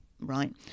Right